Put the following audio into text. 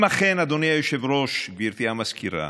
אם אכן, אדוני היושב-ראש, גברתי המזכירה,